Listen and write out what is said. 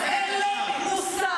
אז אין לו מושג.